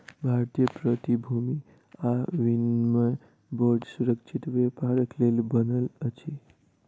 भारतीय प्रतिभूति आ विनिमय बोर्ड सुरक्षित व्यापारक लेल बनल अछि